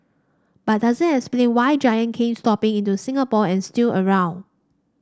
but doesn't explain why Giant came stomping into Singapore and is still around